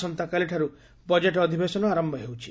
ଆସନ୍ତାକାଲିଠାରୁ ବଜେଟ୍ ଅଧିବେଶନ ଆରମ୍ଭ ହେଉଛି